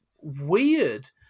weird